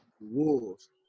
wolves